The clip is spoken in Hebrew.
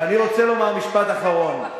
ואני רוצה לומר משפט אחרון,